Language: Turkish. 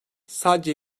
sadece